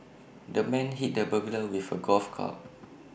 the man hit the burglar with A golf club